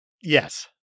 Yes